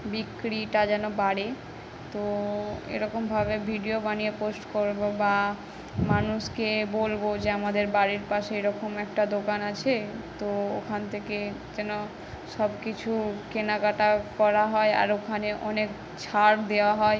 বিক্রিটা যেন বাড়ে তো এরকমভাবে ভিডিও বানিয়ে পোস্ট করবো বা মানুষকে বলবো যে আমাদের বাড়ির পাশে এরকম একটা দোকান আছে তো ওখান থেকে যেন সব কিছু কেনাকাটার করা হয় আর ওখানে অনেক ছাড় দেওয়া হয়